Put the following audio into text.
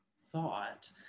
thought